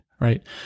Right